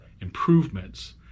improvements